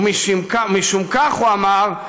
הוא שגרס עוד בתש"ח, וכך אמר: